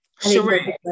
Sheree